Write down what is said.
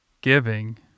giving